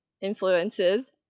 influences